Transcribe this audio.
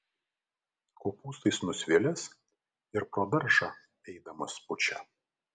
kopūstais nusvilęs ir pro daržą eidamas pučia